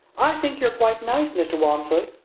i think you are quite nice, mr. walmsley.